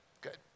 good